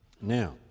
Now